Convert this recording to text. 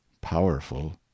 powerful